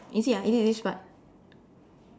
is it ah is it this part